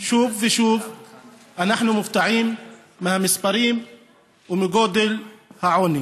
שוב ושוב אנחנו מופתעים מהמספרים ומגודל העוני.